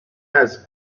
has